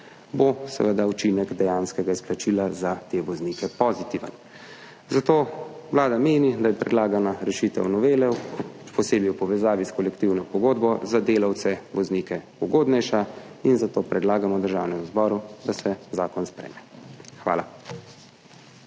bo seveda učinek dejanskega izplačila za te voznike pozitiven. Zato Vlada meni, da je predlagana rešitev novele, posebej v povezavi s kolektivno pogodbo, za delavce voznike ugodnejša in zato predlagamo Državnemu zboru, da se zakon sprejme. Hvala.